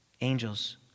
Angels